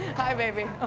hi, baby.